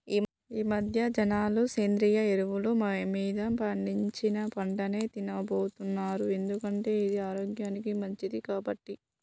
ఈమధ్య జనాలు సేంద్రియ ఎరువులు మీద పండించిన పంటనే తిన్నబోతున్నారు ఎందుకంటే అది ఆరోగ్యానికి మంచిది కాబట్టి